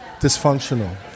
dysfunctional